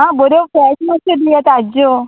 आं बऱ्यो फ्रॅश मात्श्यो दिवया ताज्ज्यो